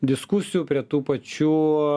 diskusijų prie tų pačių